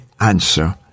answer